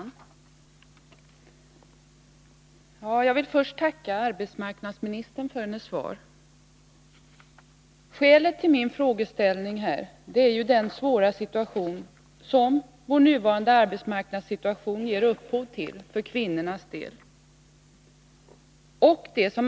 Herr talman! Jag vill först tacka arbetsmarknadsministern för hennes svar. Skälet till min fråga är den svåra situation som vår nuvarande arbetsmarknadssituation ger upphov till för kvinnornas del.